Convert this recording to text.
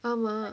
ah